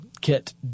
Kit